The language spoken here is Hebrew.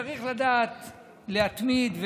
צריך לדעת להתמיד,